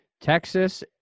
texas